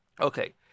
Okay